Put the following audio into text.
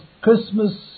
Christmas